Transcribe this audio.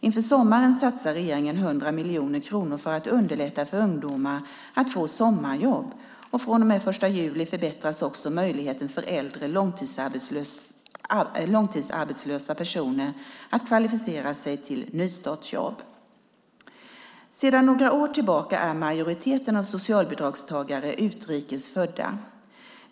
Inför sommaren satsar regeringen 100 miljoner kronor för att underlätta för ungdomar att få sommarjobb, och från och med den 1 juli förbättras också möjligheten för äldre långtidsarbetslösa personer att kvalificera sig till nystartsjobb. Sedan några år tillbaka är majoriteten av socialbidragstagarna utrikes födda.